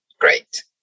great